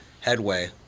headway